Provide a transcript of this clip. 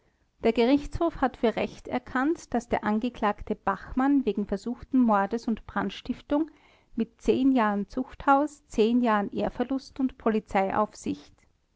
der gerichtshof hat für recht erkannt daß der angeklagte bachmann wegen versuchten mordes und brandstiftung mit jahren zuchthaus jahren ehrverlust und